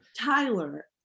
Tyler